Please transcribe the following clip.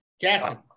Jackson